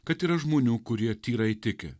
kad yra žmonių kurie tyrai tiki